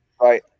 right